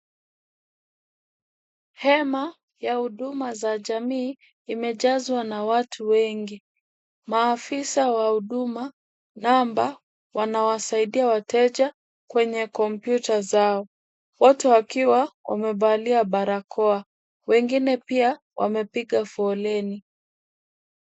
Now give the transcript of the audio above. Hema ya huduma za jamii imejazwa na watu wengi. Maafisa wa huduma namba wanawasaidia wateja kwenye komyuta zao, wote wakiwa wamevalia barakoa. Wengine pia wamepiga foleni.